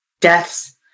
deaths